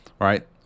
right